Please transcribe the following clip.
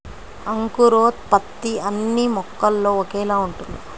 అంకురోత్పత్తి అన్నీ మొక్కలో ఒకేలా ఉంటుందా?